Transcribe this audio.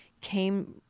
came